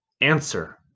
Answer